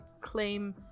claim